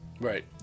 Right